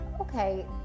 Okay